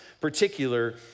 particular